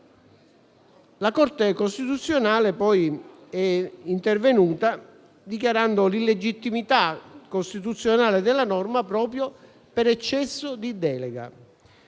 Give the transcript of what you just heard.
La Corte costituzionale è intervenuta dichiarando l'illegittimità costituzionale della norma proprio per eccesso di delega